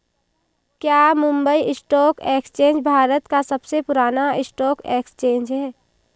क्या Mumbai stock exchange Bharat का सबसे पुराना स्टॉक एक्सचेंज है?